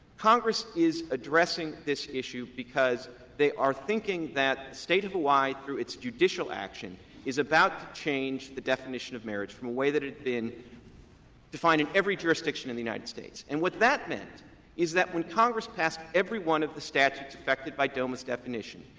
congress is addressing this issue because they are thinking that the state of hawaii through its judicial action is about to change the definition of marriage from a way that it had been defined in every jurisdiction in the united states. and what that meant is that when congress passed every one of the statutes affected by doma's definition,